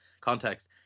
context